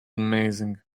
amazing